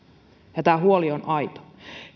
tämä huoli on aito